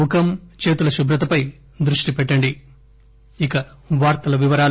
ముఖం చేతుల శుభ్రతపై దృష్టి పెట్టండి ఇప్పుడు వార్తల వివరాలు